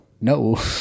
No